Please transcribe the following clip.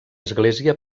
església